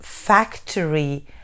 factory